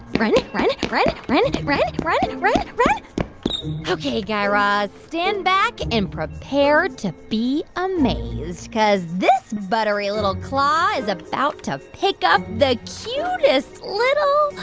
run, run, run, run, and run, run, run ok, guy raz, stand back and prepare to be amazed because this buttery little claw is about to pick up the cutest little.